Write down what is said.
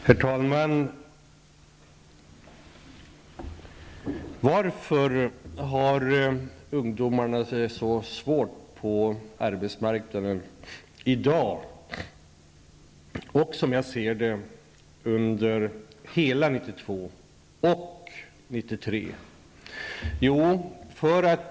Herr talman! Varför har ungdomarna det så svårt på arbetsmarknaden i dag och kommer att ha det svårt under hela 1992 och 1993?